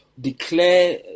declare